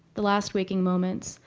the last waking moments,